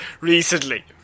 recently